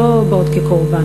לא באות כקורבן,